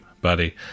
buddy